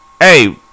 Hey